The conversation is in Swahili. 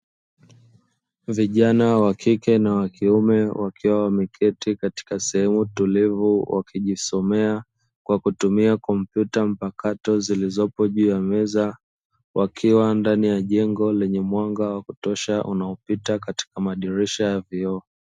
Vijana wa kike na wa kiume wakiwa wameketi katika sehemu tulivu wakijisomea kwa kutumia, kompyuta mpakato zilizopo juu ya meza wakiwa ndani ya jengo lenye mwanga wa kutosha unaopita katika madirisha ya vioo.